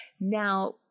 now